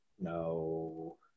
No